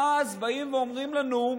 אז באים ואומרים לנו: